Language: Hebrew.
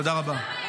תודה רבה.